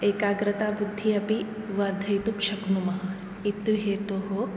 एकाग्रता बुद्धिः अपि वर्धयितुं शक्नुमः इति हेतोः